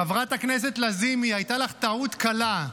חברת הכנסת לזימי, הייתה לך טעות קלה: